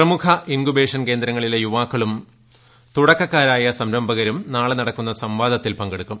പ്രമുഖ ഇൻകുബേഷൻ കേന്ദ്രങ്ങളിലെ യുവാക്കളും തുടക്കകാരായ സംരംഭകരും നാളെ നടക്കുന്ന സംവാദത്തിൽ പങ്കെടുക്കും